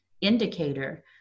indicator